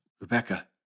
Rebecca